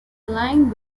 aligned